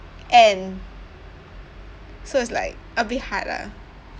end so it's like a bit hard lah